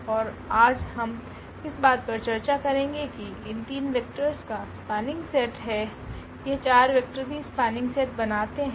और आज हम इस बात पर चर्चा करेंगे कि इन 3 वेक्टर्स का स्पनिंग सेट है यह 4 वेक्टर भी स्पनिंग सेट बनाते हैं